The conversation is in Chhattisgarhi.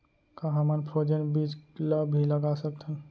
का हमन फ्रोजेन बीज ला भी लगा सकथन?